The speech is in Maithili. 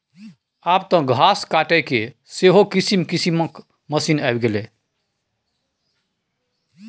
आब तँ घास काटयके सेहो किसिम किसिमक मशीन आबि गेल छै